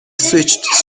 switched